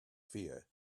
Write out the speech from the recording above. fear